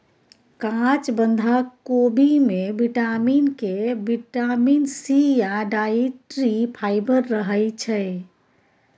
काँच बंधा कोबी मे बिटामिन के, बिटामिन सी या डाइट्री फाइबर रहय छै